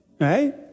Right